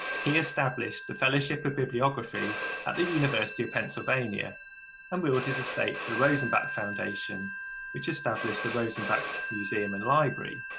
he established the fellowship of bibliography at the university of pennsylvania and willed his estate to the rosenbach foundation which established the rosenbach museum and library.